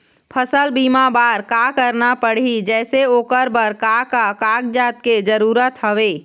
फसल बीमा बार का करना पड़ही जैसे ओकर बर का का कागजात के जरूरत हवे?